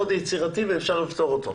מאוד יצירתי ואפשר לפתור אותו.